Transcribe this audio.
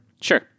sure